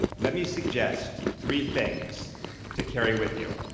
let me suggest three things to carry with you.